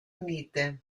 unite